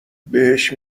بهش